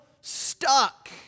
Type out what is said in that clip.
stuck